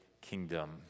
kingdom